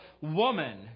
woman